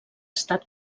estat